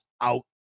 out